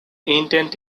intent